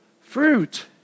fruit